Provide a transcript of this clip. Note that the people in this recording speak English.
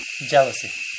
jealousy